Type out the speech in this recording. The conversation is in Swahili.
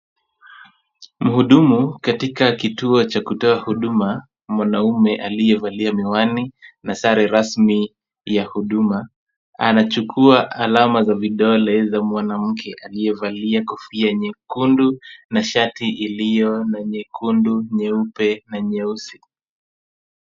Mhudumu katika kituo cha kutoa huduma. Mwanamume aliyevalia miwani na sare rasmi ya huduma. Anachukua alama za vidole za mwanamke aliyevalia kofia nyekundu na shati iliyo na nyekundu, nyeupe na nyeusi.